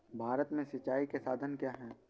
भारत में सिंचाई के साधन क्या है?